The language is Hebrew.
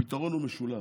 הפתרון הוא משולב.